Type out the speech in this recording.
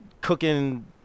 cooking